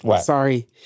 sorry